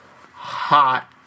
hot